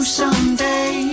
someday